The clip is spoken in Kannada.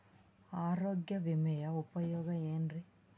ಆರೋಗ್ಯ ವಿಮೆಯ ಉಪಯೋಗ ಏನ್ರೀ?